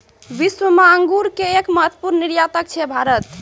विश्व मॅ अंगूर के एक महत्वपूर्ण निर्यातक छै भारत